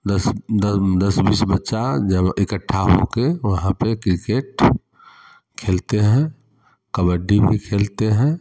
दस दस दस बीस बच्चा इकट्ठा होकर वहाँ पर क्रिकेट खेलते हैं कबड्डी भी खेलते हैं